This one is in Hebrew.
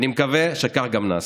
אני מקווה שכך גם נעשה.